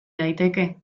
daiteke